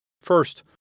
First